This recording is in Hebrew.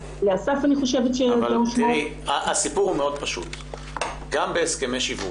הסיפור הוא מאוד פשוט גם בהסכמי שיווק.